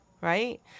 Right